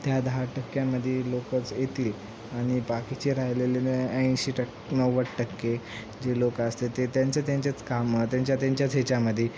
त्या दहा टक्क्यामध्ये लोकंच येतील आणि बाकीचे राहिलेले ऐंशी टक्के नव्वद टक्के जे लोकं असते ते त्यांचं त्यांच्याच कामं त्यांच्या त्यांच्याच ह्याच्यामध्ये